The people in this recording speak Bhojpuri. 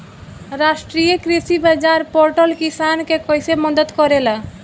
राष्ट्रीय कृषि बाजार पोर्टल किसान के कइसे मदद करेला?